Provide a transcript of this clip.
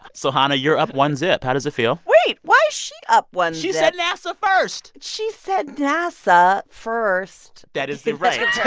so, hanna, you're up one-zip. how does it feel? wait. why's she up one-zip? she said nasa first she said nasa first that is the right yeah